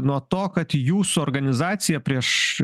nuo to kad jūsų organizacija prieš